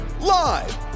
live